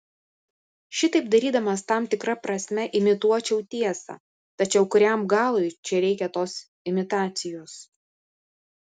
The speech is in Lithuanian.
šitaip darydamas tam tikra prasme imituočiau tiesą tačiau kuriam galui čia reikia tos imitacijos